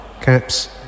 Caps